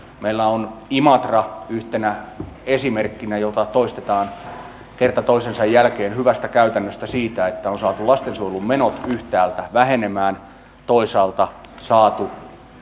meillä on imatra yhtenä esimerkkinä jota toistetaan kerta toisensa jälkeen hyvästä käytännöstä siitä että on saatu lastensuojelun menot yhtäältä vähenemään toisaalta saatu